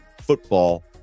football